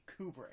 Kubrick